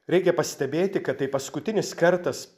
reikia pastebėti kad tai paskutinis kartas